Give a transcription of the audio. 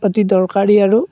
অতি দৰকাৰী আৰু